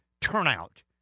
turnout